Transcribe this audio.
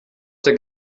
der